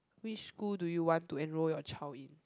which school do you want to enroll your child in